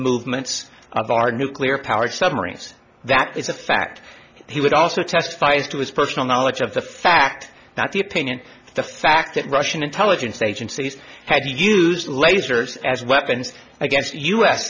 movements of our nuclear powered submarines that is a fact he would also testify as to his personal knowledge of the fact that the opinion the fact that russian intelligence agencies had used lasers as weapons against u